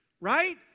right